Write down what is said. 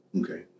Okay